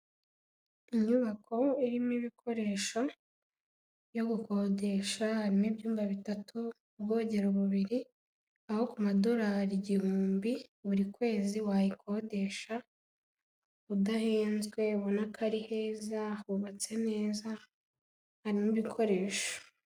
Inyubako irimo ibikoresho byo gukodesha harimo ibyumba bitatu, ubwogera umubiri aho ku madolari igihumbi buri kwezi wayikodesha, udahenzwe ubona ko ari heza, hubatse neza, harimo ibikoresho.